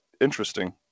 interesting